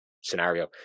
scenario